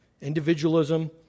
Individualism